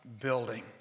building